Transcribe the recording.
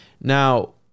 Now